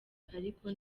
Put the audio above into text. ariko